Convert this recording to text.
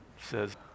says